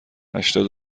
هشتاد